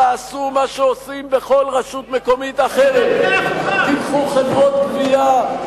תעשו מה שעושים בכל רשות מקומית אחרת: תיקחו חברות גבייה,